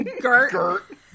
Gert